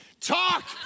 Talk